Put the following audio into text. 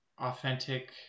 authentic